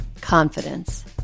confidence